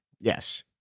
yes